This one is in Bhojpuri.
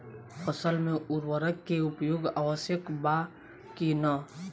फसल में उर्वरक के उपयोग आवश्यक बा कि न?